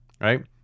Right